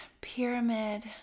pyramid